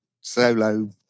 solo